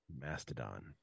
mastodon